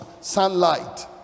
sunlight